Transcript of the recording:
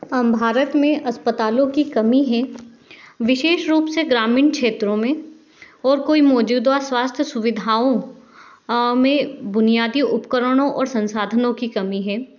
भारत में अस्पतालों की कमी है विशेष रूप से ग्रामीण क्षेत्रो में और कोई मौज़ूदा स्वास्थ्य सुविधाओं में बुनियादी उपकरणों और संसाधनो की कमी है